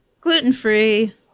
gluten-free